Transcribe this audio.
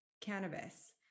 cannabis